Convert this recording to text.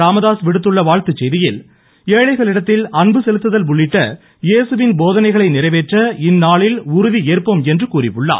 ராமதாஸ் விடுத்துள்ள வாழ்த்துச் செய்தியில் ஏழைகளிடத்தில் அன்பு செலுத்துதல் உள்ளிட்ட ஏசுவின் போதனைகளை நிறைவேற்ற இந்நாளில் உறுதியேற்போம் என்று கூறியுள்ளார்